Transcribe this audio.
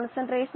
ഈ പ്രശ്നം 4